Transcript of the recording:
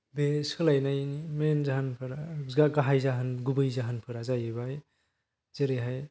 बे सोलायनायनि मेइन जाहोनफोरा बा गाहाय जाहोन गुबै जाहोनफोरा जाहैबाय जेरैहाय